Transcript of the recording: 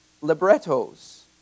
librettos